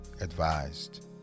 advised